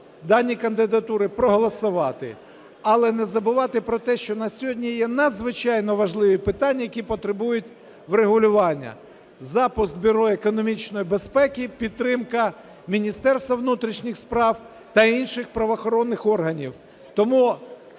дані кандидатури, проголосувати. Але не забувати про те, що у нас є сьогодні надзвичайно важливі питання, які потребують врегулювання: запуск Бюро економічної безпеки, підтримка Міністерства внутрішніх справ та інших правоохоронних органів. Тому